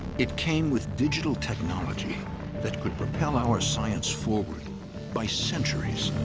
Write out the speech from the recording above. it came with digital technology that could propel our science forward by centuries.